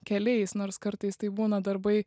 keliais nors kartais tai būna darbai